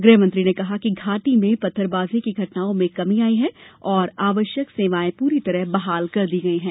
गृहमंत्री ने कहा कि घाटी में पत्थरबाजी की घटनाओं में कमी आई है और आवश्यक सेवाएं पूरी तरह बहाल कर दी गई हैं